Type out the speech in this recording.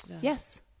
yes